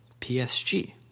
PSG